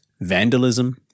vandalism